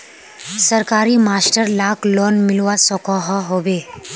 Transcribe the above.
सरकारी मास्टर लाक लोन मिलवा सकोहो होबे?